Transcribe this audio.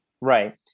right